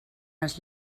els